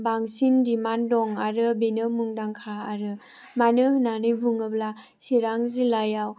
बांसिन दिमान्द दं आरो बेनो मुंदांखा आरो मानो होननानै बुङोब्ला चिरां जिल्लायाव